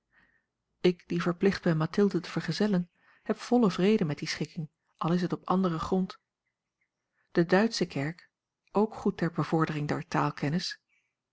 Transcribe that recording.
ik die verplicht ben mathilde te vergezellen heb vollen vrede met die schikking al is het op anderen grond de duitsche kerk ook goed ter bevordering der